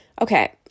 Okay